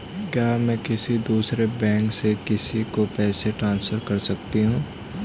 क्या मैं किसी दूसरे बैंक से किसी को पैसे ट्रांसफर कर सकती हूँ?